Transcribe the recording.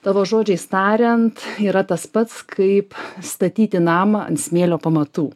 tavo žodžiais tariant yra tas pats kaip statyti namą ant smėlio pamatų